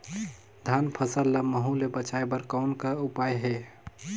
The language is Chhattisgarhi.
धान फसल ल महू ले बचाय बर कौन का उपाय हे?